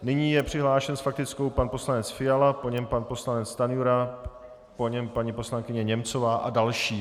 Nyní je přihlášen s faktickou pan poslanec Fiala, po něm pan poslanec Stanjura, po něm paní poslankyně Němcová a další.